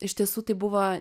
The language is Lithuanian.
iš tiesų tai buvo